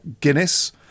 Guinness